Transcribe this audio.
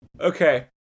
Okay